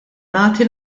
nagħti